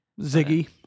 Ziggy